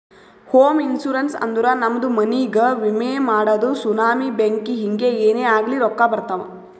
ಹೋಮ ಇನ್ಸೂರೆನ್ಸ್ ಅಂದುರ್ ನಮ್ದು ಮನಿಗ್ಗ ವಿಮೆ ಮಾಡದು ಸುನಾಮಿ, ಬೆಂಕಿ ಹಿಂಗೆ ಏನೇ ಆಗ್ಲಿ ರೊಕ್ಕಾ ಬರ್ತಾವ್